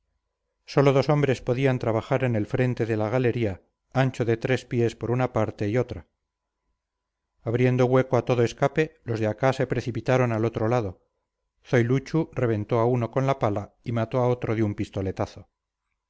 sólo dos hombres podían trabajar en el frente de la galería ancho de tres pies por una parte y otra abriendo hueco a todo escape los de acá se precipitaron al otro lado zoiluchu reventó a uno con la pala y mató a otro de un pistoletazo